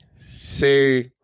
say